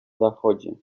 zachodzie